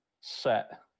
set